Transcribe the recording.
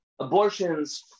abortions